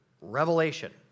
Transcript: Revelation